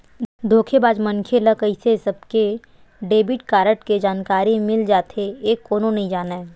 धोखेबाज मनखे ल कइसे सबके डेबिट कारड के जानकारी मिल जाथे ए कोनो नइ जानय